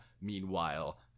meanwhile